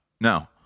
No